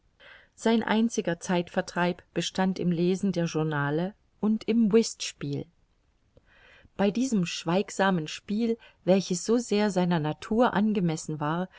sein einziger zeitvertreib bestand im lesen der journale und im whistspiel bei diesem schweigsamen spiel welches so sehr seiner natur angemessen war